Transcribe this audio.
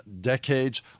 decades